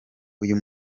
uyu